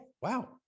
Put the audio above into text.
wow